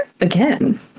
again